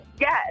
Yes